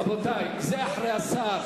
רבותי, זה אחרי השר.